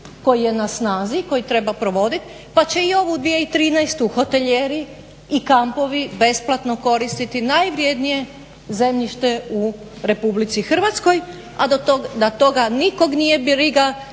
koji je na snazi, koji treba provodit pa će i ovu 2013. hotelijeri i kampovi besplatno koristiti najvrjednije zemljište u RH. A do tog, da toga nikog nije briga